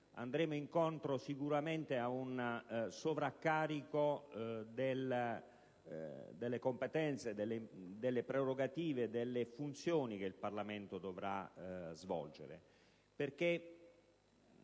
andremo incontro sicuramente ad un sovraccarico delle competenze, delle prerogative, delle funzioni che il Parlamento dovrà svolgere, perché